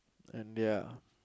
and ya